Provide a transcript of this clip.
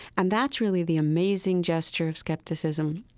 and that's really the amazing gesture of skepticism.